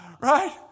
right